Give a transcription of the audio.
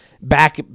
back